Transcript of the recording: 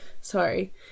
sorry